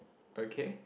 okay